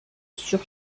sur